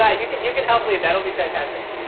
yeah you can you can help me. that will be fantastic.